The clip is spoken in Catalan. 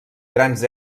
grans